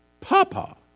Papa